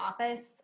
office